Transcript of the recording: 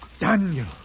Daniel